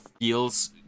feels